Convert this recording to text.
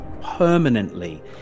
permanently